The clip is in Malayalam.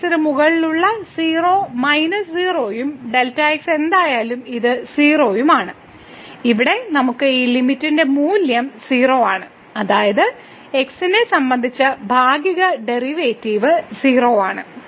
Δx ന് മുകളിലുള്ള 0 മൈനസ് 0 ഉം Δx എന്തായാലും ഇത് 0 ഉം ആണ് ഇവിടെ നമുക്ക് ഈ ലിമിറ്റിന്റെ മൂല്യം 0 ആണ് അതായത് x നെ സംബന്ധിച്ച ഭാഗിക ഡെറിവേറ്റീവ് 0 ആണ്